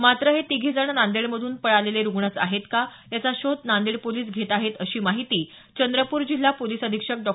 मात्र हे तिघेजण नांदेडमधून पळालेले रुग्णच आहेत का याचा शोध नांदेड पोलीस घेत आहेत अशी माहिती चंद्रपूर जिल्हा पोलीस अधीक्षक डॉ